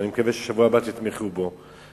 אני מקווה שבשבוע הבא תתמכו בה,